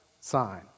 sign